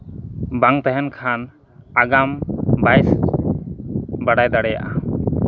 ᱵᱟᱝ ᱛᱟᱦᱮᱱ ᱠᱷᱟᱱ ᱟᱜᱟᱢ ᱵᱟᱭ ᱵᱟᱲᱟᱭ ᱫᱟᱲᱮᱭᱟᱜᱼᱟ